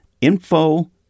info